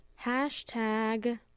Hashtag